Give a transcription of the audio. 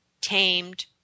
tamed